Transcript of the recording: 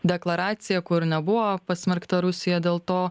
deklaracija kur nebuvo pasmerkta rusija dėl to